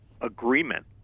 agreement